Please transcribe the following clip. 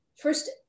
first